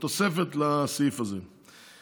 בתוספת לסעיף הזה.